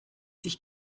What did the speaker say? sich